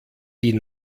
die